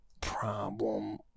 problem